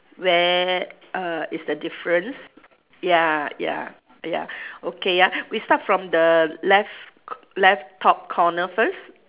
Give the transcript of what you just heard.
where err is the difference ya ya ya okay ya we start from the left left top corner first